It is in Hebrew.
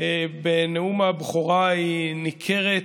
בנאום הבכורה ניכרת,